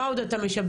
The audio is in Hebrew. מה עוד אתה משבץ?